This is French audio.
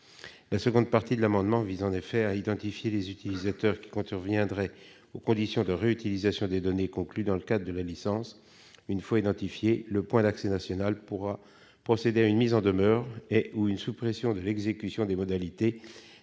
La seconde partie de l'amendement vise en effet à identifier les utilisateurs qui contreviendraient aux conditions de réutilisation des données fixées dans le cadre de la licence. Le point d'accès national pourra procéder à une mise en demeure ou à une suppression de l'exécution des modalités